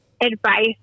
advice